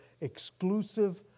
exclusive